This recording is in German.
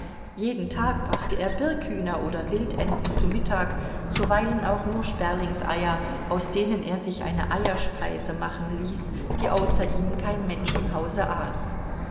jeden tag brachte er birkhühner oder wildenten zu mittag zuweilen auch nur sperlingseier aus denen er sich eine eierspeise machen ließ die außer ihm kein mensch im hause aß